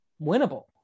winnable